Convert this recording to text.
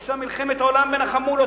יש שם עדיין מלחמת עולם בין החמולות,